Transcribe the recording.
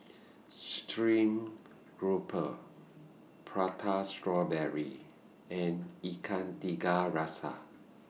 Stream Grouper Prata Strawberry and Ikan Tiga Rasa